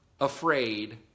afraid